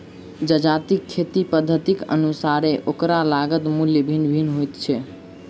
जजातिक खेती पद्धतिक अनुसारेँ ओकर लागत मूल्य भिन्न भिन्न होइत छै